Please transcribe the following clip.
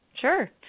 Sure